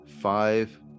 five